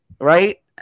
Right